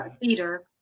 Theater